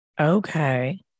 Okay